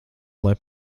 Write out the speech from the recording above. lai